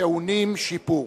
הטעונים שיפור.